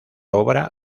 obra